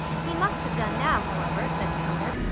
he must have done now, however, said his mother.